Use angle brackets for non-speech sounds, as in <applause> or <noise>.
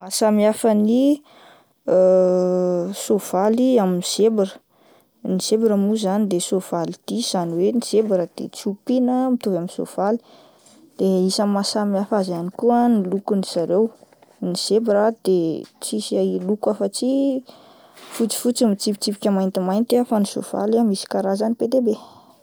Maha samy hafa ny <hesitation> soavaly amin'ny zebra, ny zebra moa zany dia soavaly dia izany hoe ny zebra de tsy ompiana mitovy amin'ny soavaly, de isan'ny maha samy hafa azy koa ny lokony zareo, ny zebra ah de tsisy loko afa-tsy fotsifotsy mitsipitsipika maintimainty ah fa ny soavaly ah misy karazany be dia be. <noise>